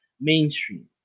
Mainstream